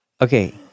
Okay